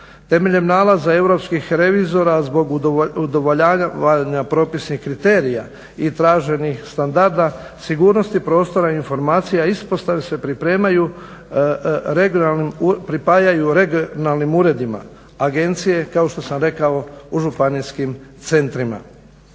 Temeljem nalaza europskih revizora zbog udovoljavanja propisnih kriterija i traženih standarda sigurnosti prostora i informacija ispostave se pripremaju, pripajaju regionalnim uredima, agencije kao što sam rekao u županijskim centrima.